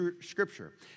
Scripture